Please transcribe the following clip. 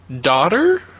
daughter